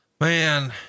man